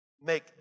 make